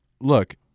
look